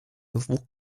dwóch